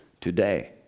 today